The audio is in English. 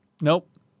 Nope